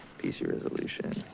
pc resolution,